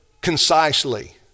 concisely